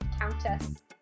Countess